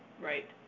Right